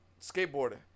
skateboarding